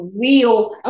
real